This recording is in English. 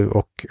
och